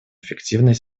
эффективной